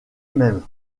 même